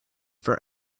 for